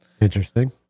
interesting